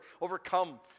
overcome